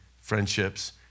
friendships